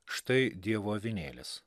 štai dievo avinėlis